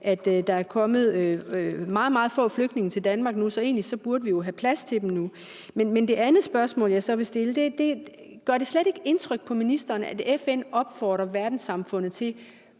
at der er kommet meget, meget få flygtninge til Danmark, så egentlig burde vi jo have plads til dem nu. Men det andet spørgsmål, jeg så vil stille, er: Gør det slet ikke indtryk på ministeren, at FN opfordrer verdenssamfundet til